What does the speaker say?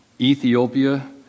Ethiopia